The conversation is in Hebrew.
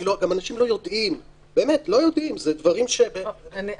אנשים לא יודעים, וזה מסובך.